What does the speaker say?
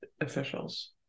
officials